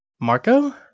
Marco